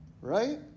right